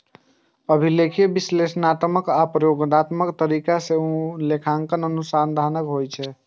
अभिलेखीय, विश्लेषणात्मक आ प्रयोगात्मक तरीका सं लेखांकन अनुसंधानक होइ छै